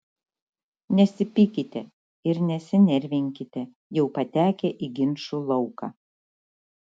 nesipykite ir nesinervinkite jau patekę į ginčų lauką